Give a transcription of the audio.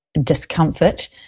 discomfort